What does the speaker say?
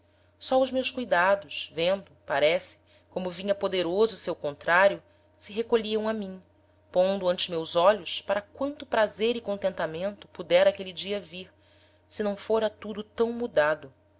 só os meus cuidados vendo parece como vinha poderoso seu contrario se recolhiam a mim pondo ante meus olhos para quanto prazer e contentamento pudera aquele dia vir se não fôra tudo tam mudado